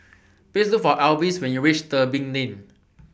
Please Look For Alvis when YOU REACH Tebing Lane